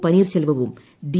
പനിർശെൽവവും D